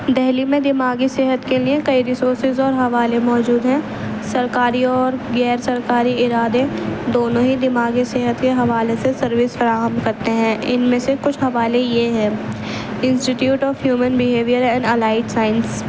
دہلی میں دماغی صحت کے لیے کئی ریسورسز اور حوالے موجود ہیں سرکاری اور غیر سرکاری ارادے دونوں ہی دماغی صحت کے حوالے سے سروس فراہم کرتے ہیں ان میں سے کچھ حوالے یہ ہیں